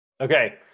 Okay